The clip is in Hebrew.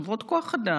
חברות כוח אדם,